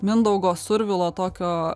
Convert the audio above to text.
mindaugo survilo tokio